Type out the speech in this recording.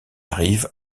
arrive